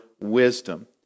wisdom